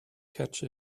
catch